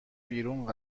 بیرون